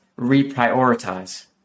reprioritize